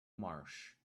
marsh